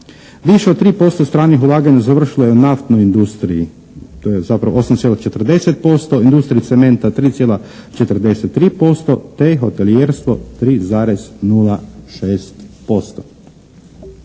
Više od 3% stranih ulaganja završilo je u naftnoj industriji. To je zapravo 8,40%. Industriji cementa 3,43% te hotelijerstvo 3,06%.